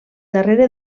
darrere